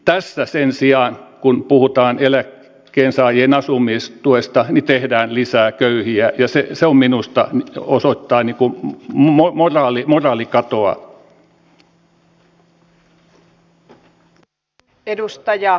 tässä sen sijaan kun puhutaan eläkkeensaajien asumistuesta tehdään lisää köyhiä ja se minusta osoittaa moraalikatoa